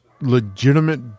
legitimate